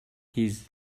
his